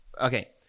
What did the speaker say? okay